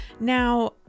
Now